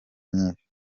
nyinshi